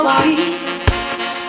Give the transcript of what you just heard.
peace